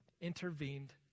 intervened